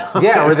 yeah,